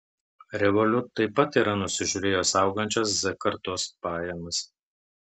revolut taip pat yra nusižiūrėjęs augančias z kartos pajamas